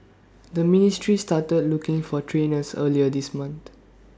the ministry started looking for trainers earlier this month